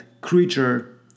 creature